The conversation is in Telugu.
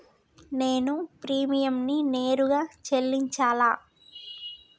నేను ప్రీమియంని నేరుగా చెల్లించాలా?